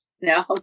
No